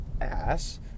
ass